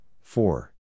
four